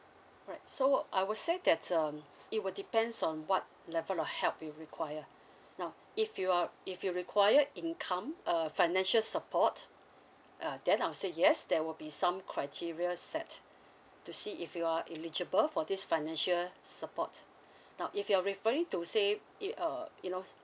right so I would say that's um it will depends on what level of help you require now if you are if you required income uh financial support uh then I'll say yes there will be some criteria that to see if you are eligible for this financial support now if you're referring to say it uh you know